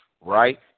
right